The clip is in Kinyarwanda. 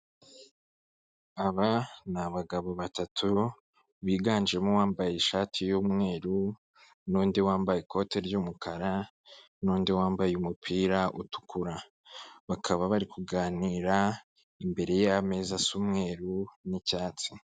Aba ni abagabo batatu, biganjemo uwambaye ishati y'umweru, n'undi wambaye ikoti ry'umukara, n'undi wambaye umupira utukura. Bakaba bari kuganira imbere y'ameza asa umweru n'icyatsi.